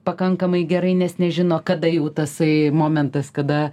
pakankamai gerai nes nežino kada jų tasai momentas kada